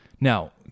Now